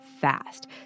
fast